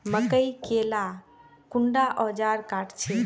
मकई के ला कुंडा ओजार काट छै?